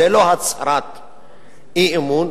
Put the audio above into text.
זו לא הצהרת אי-אמון,